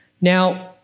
Now